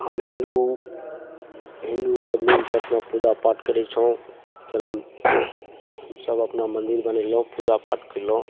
हम हिन्दू हिन्दूसभ मिलिके अपना पूजापाठ करै छौँ फेर हमसभ अपना मन्दिर बनेलहुँ पूजापाठ कएलहुँ